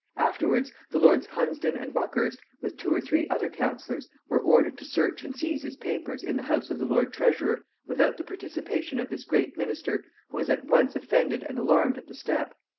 afterwards, the lords hunsdon and buckhurst, with two or three other councillors, were ordered to search and seize his papers in the house of the lord treasurer without the participation of this great minister, who was at once offended and alarmed at the step.